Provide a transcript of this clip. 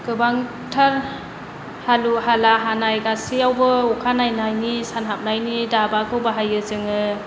गोबांथार हालु हाला हानाय गासैयावबो अखानायनायनि सानहाबनायनि दाबाखौ बाहायो जोङो